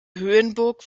höhenburg